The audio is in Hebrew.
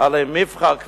עלי מבחר קברייך.